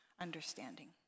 understanding